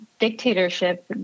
dictatorship